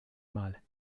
mal